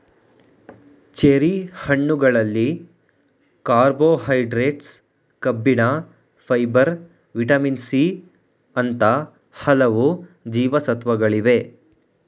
cherry ಹಣ್ಣುಗಳಲ್ಲಿ carbohydrates, ಕಬ್ಬಿಣ, fibre, vitamin C ಅಂತ ಹಲವು ಜೀವಸತ್ವಗಳಿವೆ